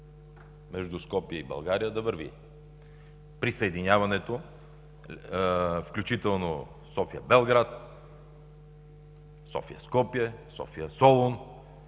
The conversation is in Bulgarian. между Скопие и България, да върви присъединяването, включително София – Белград, София – Солун,